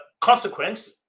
consequence